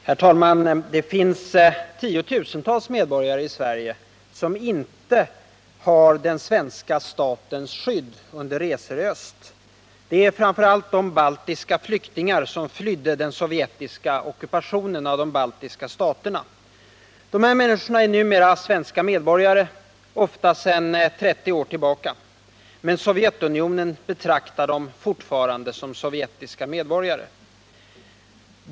Herr talman! Det finns tiotusentals medborgare i Sverige som inte har den svenska statens skydd under resor i öst. Det är framför allt de baltiska flyktingar som flydde den sovjetiska ockupationen av de baltiska staterna. Dessa människor är numera svenska medborgare, ofta sedan 30 år tillbaka. Men Sovjetunionen betraktar dem fortfarande som sovjetiska medborgare.